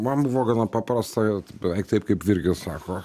man buvo gana paprasta t beveik taip kaip virgis sako